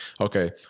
okay